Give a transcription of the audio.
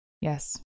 Yes